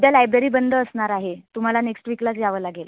उद्या लायब्ररी बंद असणार आहे तुम्हाला नेक्स्ट वीकलाच यावं लागेल